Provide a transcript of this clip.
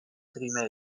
rimedo